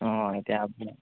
অঁ এতিয়া আপোন